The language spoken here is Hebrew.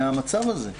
מן המצב הזה.